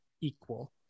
equal